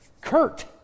Kurt